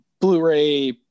Blu-ray